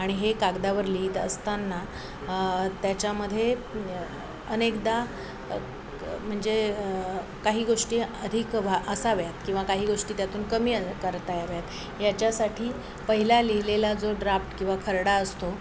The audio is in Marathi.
आणि हे कागदावर लिहीत असताना त्याच्यामधे अनेकदा म्हणजे काही गोष्टी अधिक व असाव्यात किंवा काही गोष्टी त्यातून कमी करता याव्यात याच्यासाठी पहिला लिहिलेला जो ड्राफ्ट किंवा खर्डा असतो